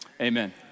Amen